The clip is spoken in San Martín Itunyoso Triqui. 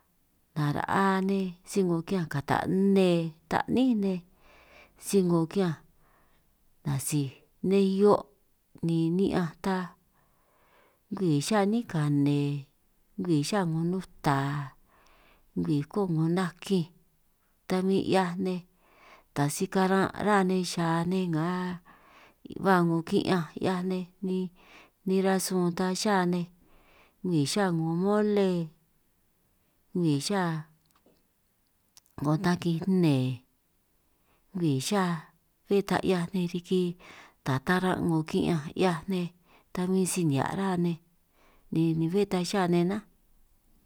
Nara'a nej si 'ngo kiñanj kata' nne ta'ní nej si 'ngo kiñanj nasij nej hio', ni ni'ñanj ta ngwii xa 'nín kane ngwii xa 'ngo nuta, ngwii ko'o 'ngo nakinj ta min 'hiaj nej ta si karan' ruhua nej xa nej nga ba 'ngo ki'ñanj 'hiaj nej ni, nej rasun ta xa nej ngwii xa 'ngo mole ngwii xa 'ngo ta'kinj nnee, ngwii xa bé ta' 'hiaj nej riki ta taran' 'ngo ki'ñanj 'hiaj nej, ta bin si nihia' rá nej ni ni bé ta xa nej nnánj.